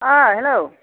hello